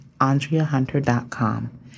andreahunter.com